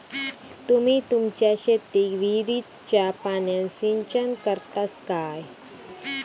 तुम्ही तुमच्या शेतीक विहिरीच्या पाण्यान सिंचन करतास काय?